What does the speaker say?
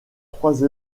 trois